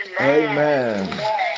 amen